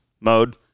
mode